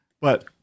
But-